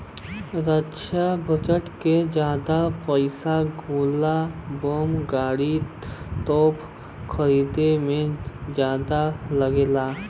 रक्षा budget के जादा पइसा गोला बम गाड़ी, तोप खरीदे में जादा लगला